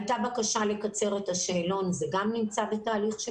הייתה בקשה לקצר את השאלון וגם זה נמצא בתהליך של